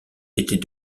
était